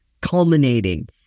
culminating